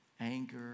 anger